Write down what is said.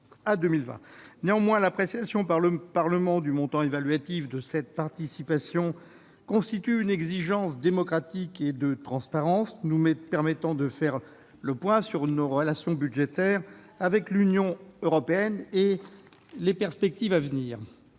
Néanmoins, l'appréciation par le Parlement du montant évaluatif de cette participation constitue une exigence démocratique et de transparence. Elle nous permet de faire le point sur nos relations budgétaires avec l'Union européenne et sur les perspectives à venir.